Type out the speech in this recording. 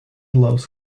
loves